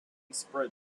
spread